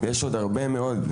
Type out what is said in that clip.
יש עוד הרבה מאוד,